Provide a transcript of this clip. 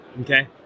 Okay